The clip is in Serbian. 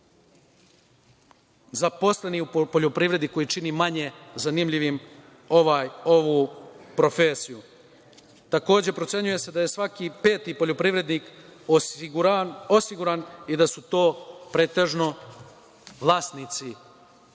zaposlenih u poljoprivredi kojima se čini manje zanimljiva ova profesija. Takođe, procenjuje se da je svaki peti poljoprivrednik osiguran i da su to pretežno vlasnici.